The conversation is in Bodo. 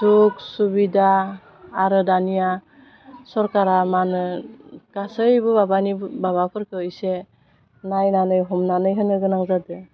सुग सुबिदा आरो दानिया सरकारा मा होनो गासैबो माबानि माबाफोरखो एसे नायनानै हमनानै होनो गोनां जादो